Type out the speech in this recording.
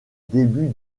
début